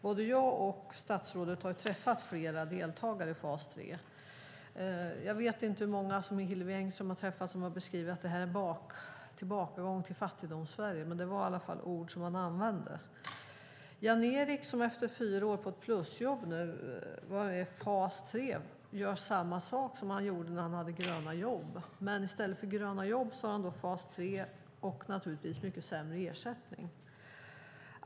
Både jag och statsrådet har träffat flera deltagare i fas 3. Jag vet inte hur många Hillevi Engström har träffat som har beskrivit det här som en tillbakagång till Fattigdomssverige, men det var i alla fall ord som man använde. Jan-Erik, som efter fyra år på ett plusjobb nu är i fas 3, gör samma sak som han gjorde när han hade gröna jobb. Men i stället för gröna jobb har han fas 3 och naturligtvis mycket sämre ersättning.